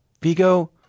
Vigo